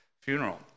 funeral